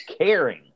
caring